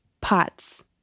POTS